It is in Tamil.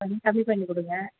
கொஞ்சம் கம்மி பண்ணி கொடுங்க